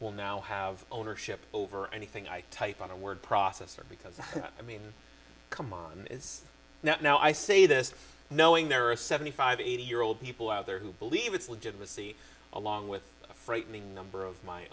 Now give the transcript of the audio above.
will now have ownership over anything i type on a word processor because i mean c'mon is now i say this knowing there are seventy five eighty year old people out there who believe its legitimacy along with a frightening number of my